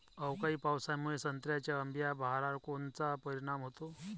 अवकाळी पावसामुळे संत्र्याच्या अंबीया बहारावर कोनचा परिणाम होतो?